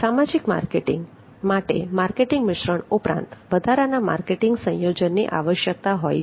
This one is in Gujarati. સામાજિક માર્કેટિંગ માટે માર્કેટિંગ મિશ્રણ ઉપરાંત વધારાના માર્કેટિંગ સંયોજનની આવશ્યકતા હોય છે